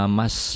mas